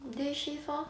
day shift orh